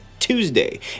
Tuesday